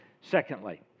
Secondly